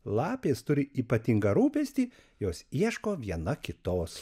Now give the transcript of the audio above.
lapės turi ypatingą rūpestį jos ieško viena kitos